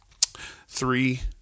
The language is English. three